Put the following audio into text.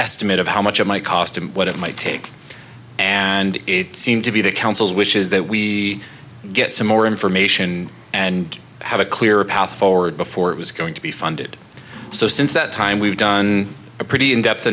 estimate of how much it might cost and what it might take and it seemed to be the council's wishes that we get some more information and have a clearer path forward before it was going to be funded so since that time we've done a pretty in depth